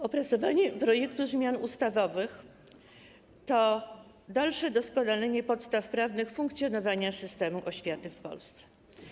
Opracowanie projektu zmian ustawowych to dalsze doskonalenie podstaw prawnych funkcjonowania systemu oświaty w Polsce.